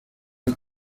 una